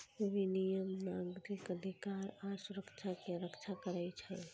विनियम नागरिक अधिकार आ सुरक्षा के रक्षा करै छै